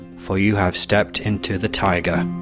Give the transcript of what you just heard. for you have stepped into the taiga.